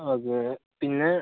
അതേ പിന്നെ